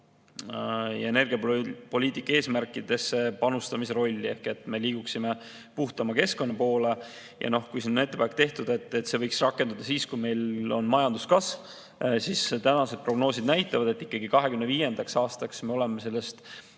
ja energiapoliitika eesmärkidesse panustamise rolli, et me liiguksime puhtama keskkonna poole. Kui siin on tehtud ettepanek, et see võiks rakenduda siis, kui meil on majanduskasv, siis prognoosid näitavad, et 2025. aastaks me oleme keerulistest